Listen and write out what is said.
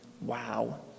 Wow